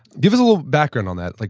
give us a little background on that, like